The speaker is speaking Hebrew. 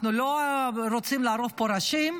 אנחנו לא רוצים לערוף פה ראשים,